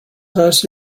nice